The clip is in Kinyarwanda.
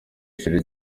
ishuri